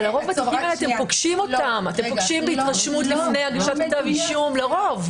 אבל אתם פוגשים אותם התרשמות לפני הגשת כתב אישום,